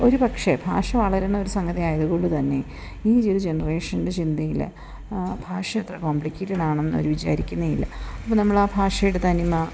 ഒരു പക്ഷേ ഭാഷ വളരണ ഒരു സംഗതിയായത് കൊണ്ട് തന്നെ ഈ ഒരു ജനറേഷൻ്റെ ചിന്തയില് ഭാഷ എത്ര കോംപ്ലിക്കേറ്റഡാണെന്ന് അവര് വിചാരിക്കുന്നേ ഇല്ല അപ്പം നമ്മളാ ഭാഷയുടെ തനിമ